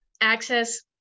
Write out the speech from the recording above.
access